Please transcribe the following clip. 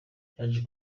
yaje